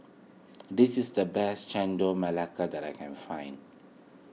this is the best Chendol Melaka that I can find